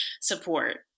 support